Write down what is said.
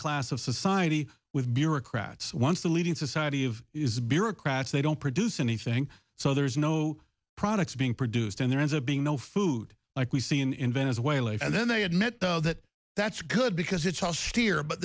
class of society with bureaucrats once the leading society of is bureaucrats they don't produce anything so there's no products being produced and there is a being no food like we've seen in venezuela and then they admit though that that's good because it's all steer but